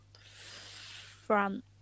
France